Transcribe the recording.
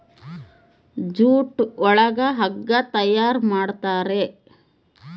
jute ಒಳಗ ಹಗ್ಗ ತಯಾರ್ ಮಾಡುತಾರೆ